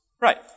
Right